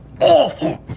awful